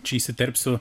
čia įsiterpsiu